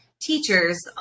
teachers